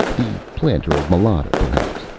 the planter of malata, perhaps.